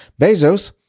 Bezos